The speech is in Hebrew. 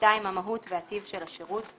(2)המהות והטיב של השירות,